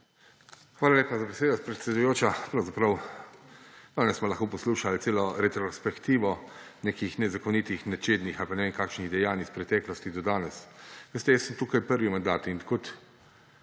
Hvala lepa za besedo, predsedujoča. Pravzaprav smo danes lahko poslušali celo retrospektivo nekih nezakonitih, nečednih ali pa ne vem kakšnih dejanj iz preteklosti do danes. Veste, jaz sem tukaj prvi mandat. In kot